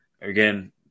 Again